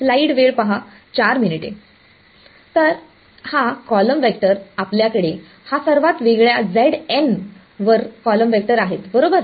तर हा column vector आपल्याकडे हा सर्व वेगळ्या वर कॉलम वेक्टर आहेत बरोबर